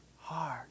hard